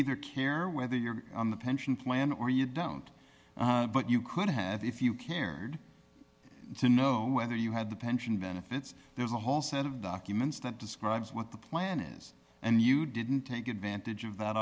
either care whether you're on the pension plan or you don't but you could have if you cared to know whether you had the pension benefits there's a whole set of documents that describes what the plan is and you didn't take advantage of that